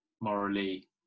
morally